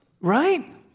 Right